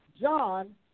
John